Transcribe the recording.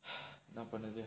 not permanently